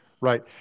right